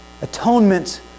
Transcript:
Atonement